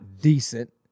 decent